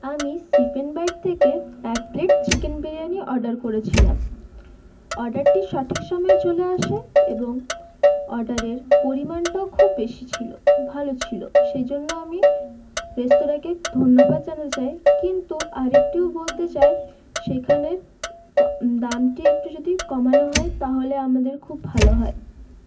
আমি সিফেন বাইট থেকে এক প্লেট চিকেন বিরিয়ানি অর্ডার করেছিলাম অর্ডারটি সঠিক সময়ে চলে আসে এবং অর্ডারের পরিমাণটাও খুব বেশি ছিল ভালো ছিল সেই জন্য আমি রেস্তোরাঁকে ধন্যবাদ জানাতে চাই কিন্তু আর একটিও বলতে চাই সেখানের দামটি একটু যদি কমানো হয় তাহলে আমাদের খুব ভালো হয়